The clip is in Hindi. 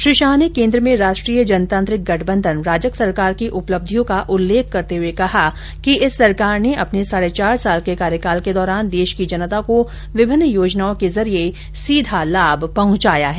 श्री शाह ने केन्द्र में राष्ट्रीय जनतांत्रिक गठबंधन राजग सरकार की उपलब्धियों का उल्लेख करते हुये कहा कि इस सरकार ने अपने साढ़े चार साल के कार्यकाल के दौरान देश की जनता को विभिन्न योजनाओं के जरिये सीधा लाभ पहुंचाया है